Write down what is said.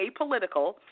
apolitical